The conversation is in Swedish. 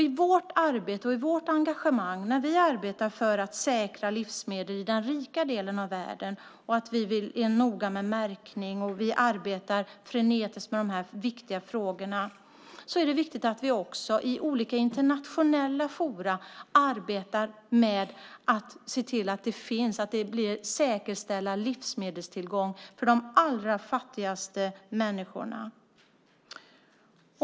I vårt arbete och vårt engagemang när vi arbetar för att säkra livsmedel i den rika delen av världen, och att vi är noga med märkning och arbetar frenetiskt med de här viktiga frågorna, är det viktigt att vi också i olika internationella forum arbetar med att se till att säkerställa livsmedelstillgång för de allra fattigaste människorna.